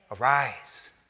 arise